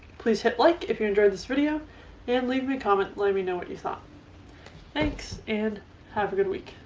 please hit like if you enjoyed this. video and leave me a comment let me know what you thought thanks and have a good week.